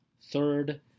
third